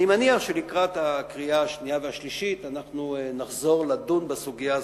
אני מניח שלקראת הקריאה השנייה והשלישית נחזור לדון בסוגיה הזאת,